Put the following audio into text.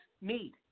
need